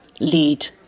lead